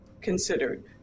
considered